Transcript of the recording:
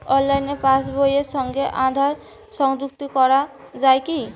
অনলাইনে পাশ বইয়ের সঙ্গে আধার সংযুক্তি করা যায় কি?